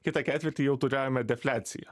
kitą ketvirtį jau turėjome defliaciją